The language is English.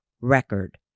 record